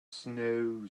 snow